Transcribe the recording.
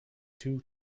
two